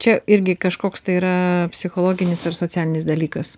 čia irgi kažkoks tai yra psichologinis ar socialinis dalykas